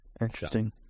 Interesting